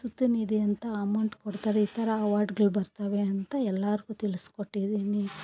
ಸುಪ್ತ ನಿಧಿ ಅಂತ ಅಮೌಂಟ್ ಕೊಡ್ತಾರೆ ಈ ಥರ ಅವಾರ್ಡ್ಗಲು ಬರ್ತಾವೆ ಅಂತ ಎಲ್ಲಾರಿಗು ತಿಳಿಸ್ಕೊಟ್ಟಿದೀನಿ